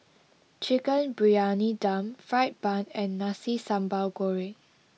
Chicken Briyani Dum Fried Bun and Nasi Sambal Goreng